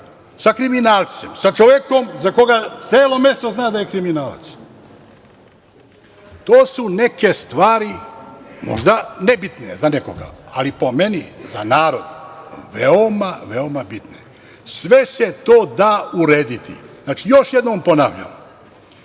sa kriminalcem, sa čovekom sa koga celo mesto zna da je kriminalac. To su neke stvari možda nebitne za nekoga, ali po meni za narod veoma, veoma bitne. Sve se to da urediti. Znači, još jednom ponavljam,